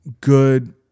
good